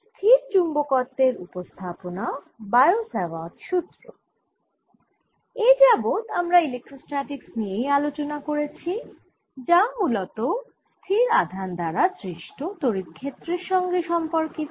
স্থিরচুম্বকত্বের উপস্থাপনা Biot Savart সুত্র এযাবৎ আমরা ইলেক্ট্রোস্ট্যাটিক্স নিয়েই আলোচনা করেছি যা মূলত স্থির আধান দ্বারা সৃষ্ট তড়িৎ ক্ষেত্রের সঙ্গে সম্পর্কিত